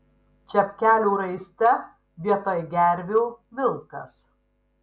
čepkelių raiste vietoj gervių vilkas